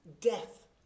death